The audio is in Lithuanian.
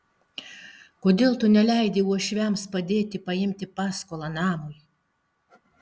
kodėl tu neleidi uošviams padėti paimti paskolą namui